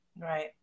Right